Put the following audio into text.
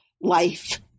life